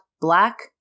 black